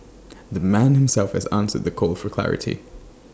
the man himself has answered the call for clarity